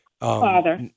father